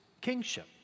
kingship